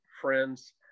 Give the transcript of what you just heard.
friends